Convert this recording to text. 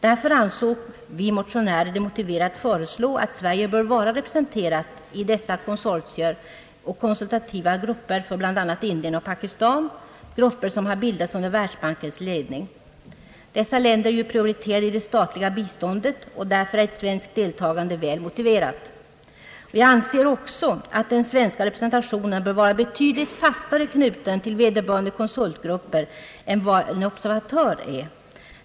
Därför ansåg vi motionärer det motiverat att föreslå att Sverige blir representerat i dessa konsortier och konsultativa grupper för bl.a. Indien och Pakistan, grupper som bildats under Världsbankens ledning. Dessa länder är ju prioriterade i det statliga biståndet, och därför är ett svenskt deltagande väl motiverat. Vi anser också att den svenska representationen bör vara betydligt fastare knuten till vederbörande konsultgrupper än vad en observatör är.